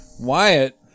Wyatt